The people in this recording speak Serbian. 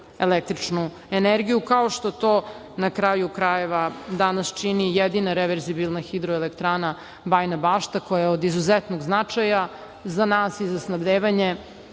električnu energiju, kao što to, na kraju krajeva, danas čini jedina reverzibilna hidroelektrana "Bajina Bašta", koja je od izuzetnog značaja za nas i za snabdevanje